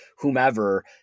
whomever